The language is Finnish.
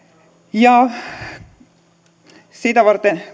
ja sitä varten